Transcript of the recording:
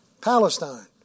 Palestine